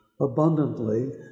abundantly